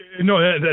No